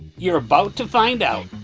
you're about to find out.